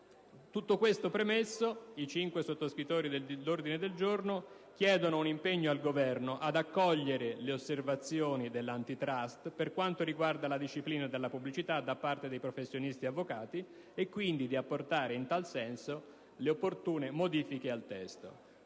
Tutto ciò premesso, i cinque sottoscrittori dell'ordine del giorno chiedono un impegno al Governo «ad accogliere le osservazioni dell'Antitrust per quanto riguarda la disciplina della pubblicità da parte dei professionisti avvocati, e ad apportare in tal senso le opportune modifiche al testo».